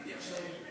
אמיתי עכשיו.